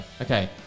okay